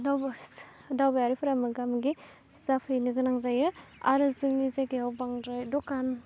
दावबायारिफोरा मोगा मोगि जाफैनो गोनां जायो आरो जोंनि जायगायाव बांद्राय दखान